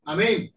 Amen